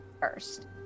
first